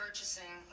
Purchasing